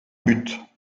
but